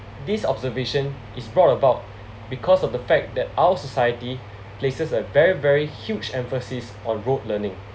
this observation is brought about because of the fact that our society places a very very huge emphasis on rote learning